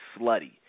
slutty